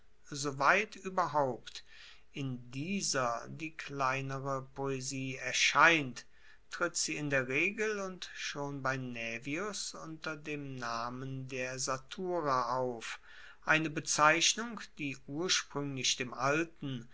soweit ueberhaupt in dieser die kleinere poesie erscheint tritt sie in der regel und schon bei naevius unter dem namen der satura auf eine bezeichnung die urspruenglich dem alten